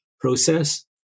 process